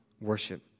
worship